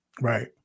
Right